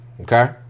Okay